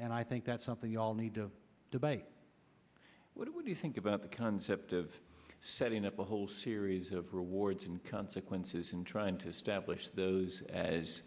and i think that's something we all need to debate what would you think about the concept of setting up a whole series of rewards and consequences and trying to establish those as